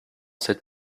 cette